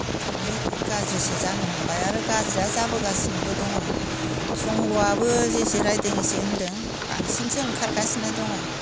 जोबोद गाज्रिसो जानो हमबाय आरो गाज्रिया जाबोगासिनोबो दङ संग'आबो जेसे रायदों एसे होन्दों बांसिनसो ओंखारगासिनो दङ